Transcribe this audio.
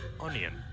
onion